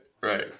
Right